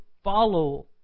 follow